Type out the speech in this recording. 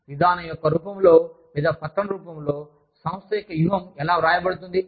విధానం యొక్క రూపంలో లేదా పత్రం రూపంలో సంస్థ యొక్క వ్యూహం ఎలా వ్రాయబడుతుంది